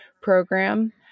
program